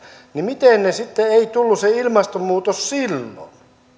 niin miten sitten ei tullut se ilmastonmuutos silloin